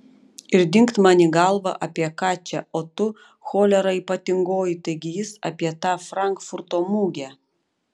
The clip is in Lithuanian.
ir dingt man į galvą apie ką čia o tu cholera ypatingoji taigi jis apie tą frankfurto mugę